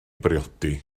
briodi